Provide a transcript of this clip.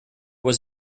was